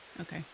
Okay